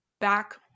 back